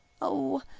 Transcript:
oh,